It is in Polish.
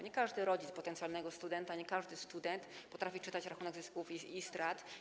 Nie każdy rodzic potencjalnego studenta, nie każdy student potrafi czytać rachunek zysków i strat.